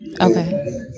Okay